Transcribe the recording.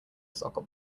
soccer